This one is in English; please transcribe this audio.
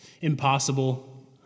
Impossible